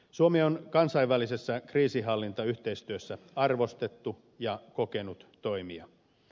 suomi on kansainvälisessä kriisinhallintayhteistyössä arvostettu ja kokenut toimija